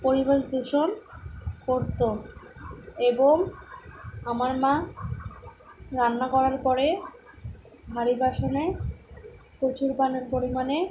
পরিবেশ দূষণ করতো এবং আমার মা রান্না করার পরে ভারি বাসনে প্রচুর পরিমাণে